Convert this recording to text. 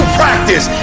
practice